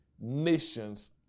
nations